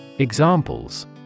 Examples